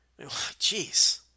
Jeez